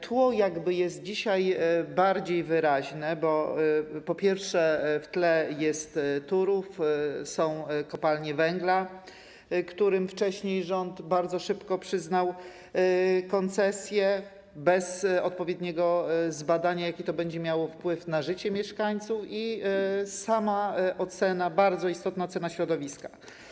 Tło jest dzisiaj bardziej wyraźne, bo po pierwsze, w tle jest Turów, są kopalnie węgla, którym wcześniej rząd bardzo szybko przyznał koncesje bez odpowiedniego zbadania, jaki to będzie miało wpływ na życie mieszkańców, i sama bardzo istotna ocena środowiska.